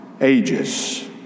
Ages